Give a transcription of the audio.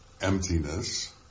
emptiness